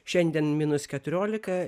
šiandien minus keturiolika